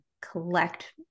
collect